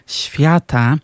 świata